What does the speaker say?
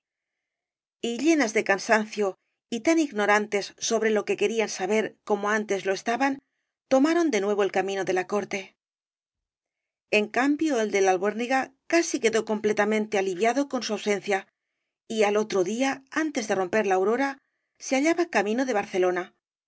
y llenas de cansancio y tan ignorantes sobre lo que querían saber como antes lo estaban tomaron de nuevo el camino de la corte en cambio el de la albuérniga casi quedó completamente aliviado con su ausencia y al otro día antes de romper la aurora ya se hallaba camino de barcelona